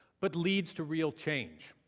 but leads to real change.